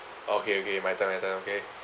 okay okay my turn my turn okay